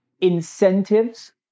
incentives